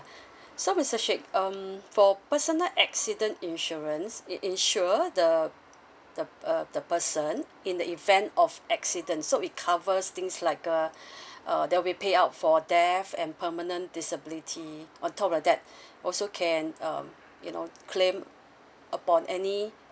so mister sheikh um for personal accident insurance it insure the the uh the person in the event of accident so it covers things like uh uh there'll be payout for death and permanent disability on top of that also can um you know claim upon any